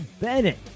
Bennett